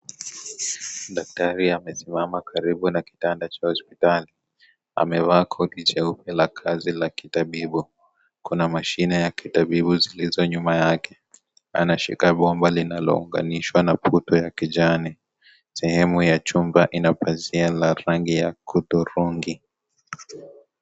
Daktari amesimama karibu na kitanda cha hospitali. Amevaa koti jeupe la kazi la kitabibu. Kuna mashine ya kitabibu zilizo nyuma yake. Anashika bomba linalounganishwa na puto ya kijani. Sehemu ya chumba ina pazia la rangi ya hudhurungi.